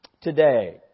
today